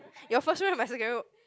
your first row my second row